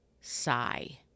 sigh